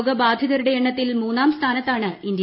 രോഗബാധിതരുടെ എണ്ണത്തിൽ മൂന്നാംസ്ഥാനത്താണ് ഇന്ത്യ